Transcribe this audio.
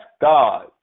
God